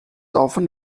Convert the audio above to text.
often